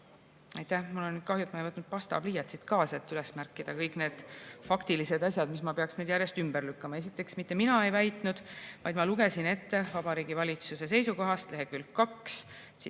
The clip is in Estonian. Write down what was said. Aitäh! Mul on kahju, et ma ei võtnud pastapliiatsit kaasa, et üles märkida kõik need faktilised asjad, mis ma peaks nüüd järjest ümber lükkama. Esiteks, mitte mina ei väitnud, vaid ma lugesin Vabariigi Valitsuse seisukohast leheküljelt